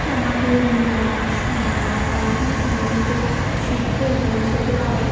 আমাকে স ওখানে খুব শীঘ্রই পৌঁছোতে হবে